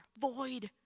void